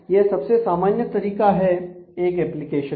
यह सबसे सामान्य तरीका है एक एप्लीकेशन का